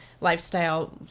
lifestyle